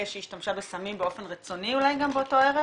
שהיא השתמשה בסמים באופן רצוני אולי גם באותו ערב?